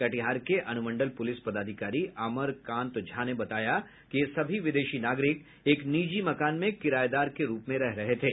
कटिहार के अनुमंडल पुलिस पदाधिकारी अमरकांत झा ने बताया कि ये सभी विदेशी नागरिक एक निजी मकान में किरायेदार के रूप में रह रहे थे